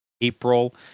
April